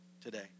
today